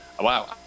Wow